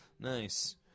Nice